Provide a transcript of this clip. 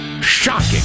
Shocking